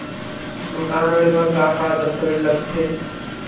मकान ऋण बर का का दस्तावेज लगथे?